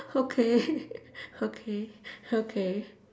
okay okay okay